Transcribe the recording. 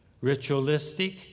ritualistic